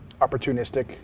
opportunistic